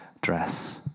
dress